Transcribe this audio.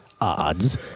odds